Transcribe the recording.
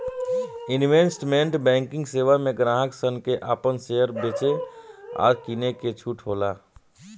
investment banking सेवा में ग्राहक सन के आपन शेयर बेचे आ किने के छूट होला